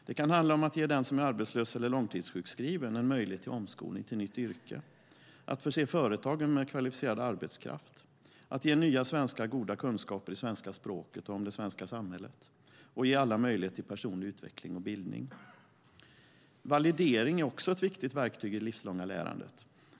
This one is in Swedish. Det kan handla om att ge den som är arbetslös eller långtidssjukskriven en möjlighet till omskolning till nytt yrke, om att förse företagen med kvalificerad arbetskraft, om att ge nya svenskar goda kunskaper i det svenska språket och om det svenska samhället och om att ge alla möjlighet till personlig utveckling och bildning. Validering är också ett viktigt verktyg i det livslånga lärandet.